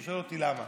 הוא שואל אותי למה.